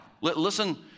Listen